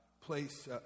place